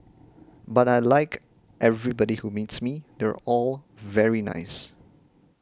but I like everybody who meets me they're all very nice